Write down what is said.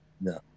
No